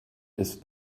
ist